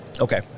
Okay